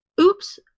Oops